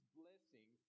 blessing